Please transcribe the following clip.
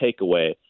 takeaway